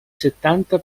settanta